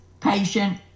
Patient